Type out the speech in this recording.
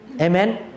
Amen